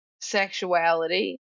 sexuality